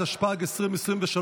התשפ"ג 2023,